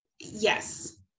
Yes